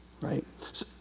right